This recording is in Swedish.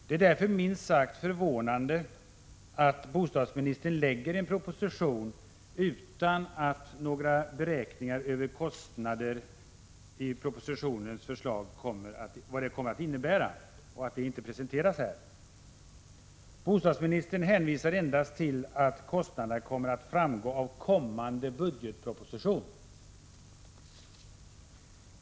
Det är därför minst sagt förvånande att bostadsministern lägger fram en proposition, utan att det presenteras några beräkningar av vilka kostnader ett genomförande av förslaget skulle innebära. Bostadsministern hänvisar endast till att kostnaderna kommer att framgå av kommande budgetproposition.